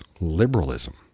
liberalism